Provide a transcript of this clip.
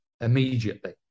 immediately